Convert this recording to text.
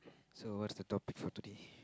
so what's the topic for today